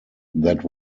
that